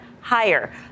higher